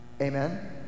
Amen